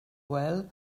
well